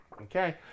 Okay